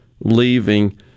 leaving